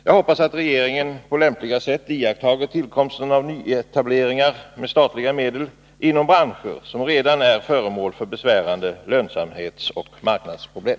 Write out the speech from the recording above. Jag hoppas att regeringen på lämpligt sätt vid nyetableringar med statliga medel beaktar förhållandena inom branscher som redan har besvärande lönsamhetsoch marknadsproblem.